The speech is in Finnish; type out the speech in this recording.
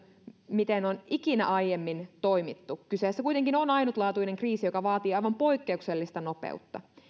miten on ikinä aiemmin toimittu kyseessä kuitenkin on ainutlaatuinen kriisi joka vaatii aivan poikkeuksellista nopeutta